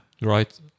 right